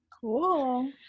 cool